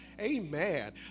Amen